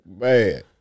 Man